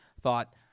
thought